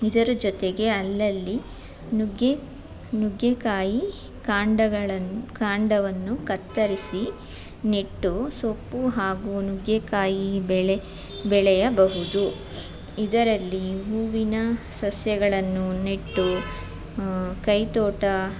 ಇದರ ಜೊತೆಗೆ ಅಲ್ಲಲ್ಲಿ ನುಗ್ಗೆ ನುಗ್ಗೆಕಾಯಿ ಕಾಂಡಗಳನ್ನು ಕಾಂಡವನ್ನು ಕತ್ತರಿಸಿ ನೆಟ್ಟು ಸೊಪ್ಪು ಹಾಗೂ ನುಗ್ಗೆಕಾಯಿ ಬೆಳೆ ಬೆಳೆಯಬಹುದು ಇದರಲ್ಲಿ ಹೂವಿನ ಸಸ್ಯಗಳನ್ನು ನೆಟ್ಟು ಕೈತೋಟ